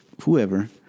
whoever